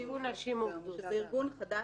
זה ארגון חדש,